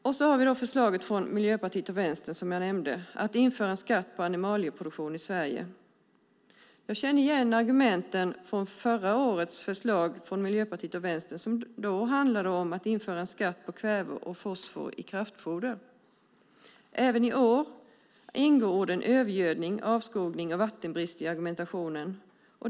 Och så har vi, som jag nämnde, förslaget från Miljöpartiet och Vänstern om att införa en skatt på animalieproduktionen i Sverige. Jag känner igen argumenten från förra årets förslag från Miljöpartiet och Vänstern som då handlade om att införa en skatt på kväve och fosfor i kraftfoder. Även i år ingår orden övergödning, avskogning och vattenbrist i argumentationen.